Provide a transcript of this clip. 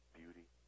beauty